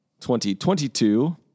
2022